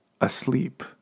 Asleep